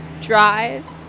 drive